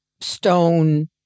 stone